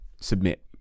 submit